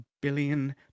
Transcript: billion